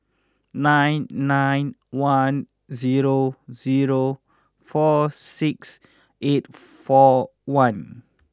nine nine one zero zero four six eight four one